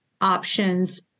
options